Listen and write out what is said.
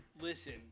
Listen